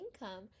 income